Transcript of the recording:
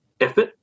effort